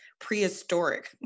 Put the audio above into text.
prehistoric